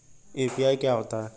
UPI क्या होता है?